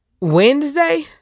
Wednesday